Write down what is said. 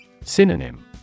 Synonym